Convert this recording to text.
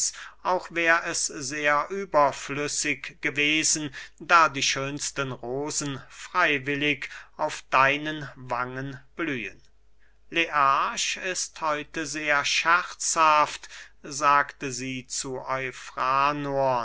auch wär es sehr überflüssig gewesen da die schönsten rosen freywillig auf deinen wangen blühen learch ist heute sehr scherzhaft sagte sie zu